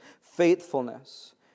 faithfulness